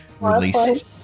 released